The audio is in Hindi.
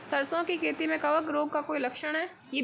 सरसों की खेती में कवक रोग का कोई लक्षण है?